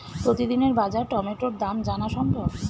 প্রতিদিনের বাজার টমেটোর দাম জানা সম্ভব?